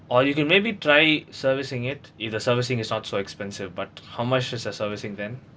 or you can maybe try servicing it either servicing is not so expensive but how much was the servicing then